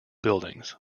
buildings